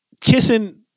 kissing